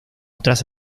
otras